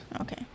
Okay